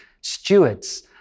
stewards